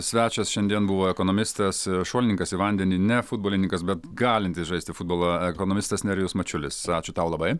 svečias šiandien buvo ekonomistas šuolininkas į vandenį ne futbolininkas bet galintis žaisti futbolą ekonomistas nerijus mačiulis ačiū tau labai